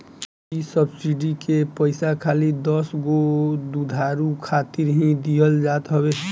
इ सब्सिडी के पईसा खाली दसगो दुधारू खातिर ही दिहल जात हवे